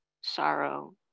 sorrow